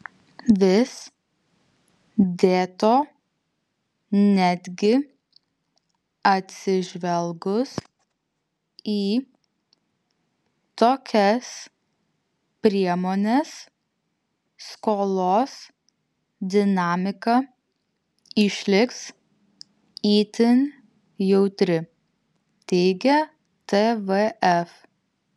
vis dėto netgi atsižvelgus į tokias priemones skolos dinamika išliks itin jautri teigia tvf